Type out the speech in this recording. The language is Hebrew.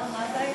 מה הבעיה?